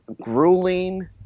grueling